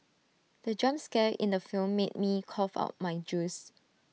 the jump scare in the film made me cough out my juice